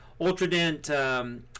Ultradent